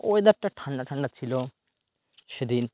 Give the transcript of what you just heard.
ওয়েদারটা ঠান্ডা ঠান্ডা ছিল সেদিন